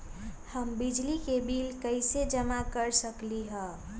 हम बिजली के बिल कईसे जमा कर सकली ह?